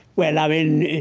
well, i mean,